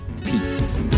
peace